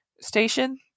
station